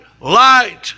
light